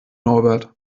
norbert